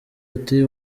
ati